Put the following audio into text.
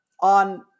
on